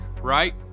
right